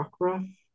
Rockruff